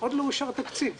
עוד לא אושר תקציב.